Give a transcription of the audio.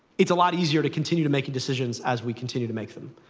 it's a lot easier to continue to make the decisions as we continue to make them.